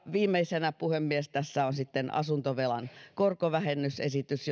viimeisenä puhemies tässä on sitten asuntovelan korkovähennysesitys